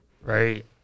right